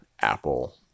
Apple